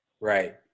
Right